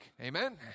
Amen